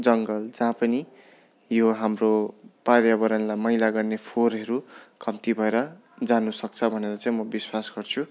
जङ्गल जहाँ पनि यो हाम्रो पर्यावरणलाई मैला गर्ने फोहोरहरू कम्ती भएर जानु सक्छ भनेर चाहिँ म विश्वास गर्छु